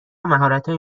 مهارتهای